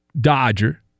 Dodger